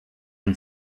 and